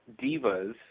divas